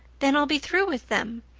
then i'll be through with them.